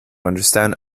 understand